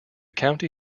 county